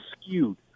skewed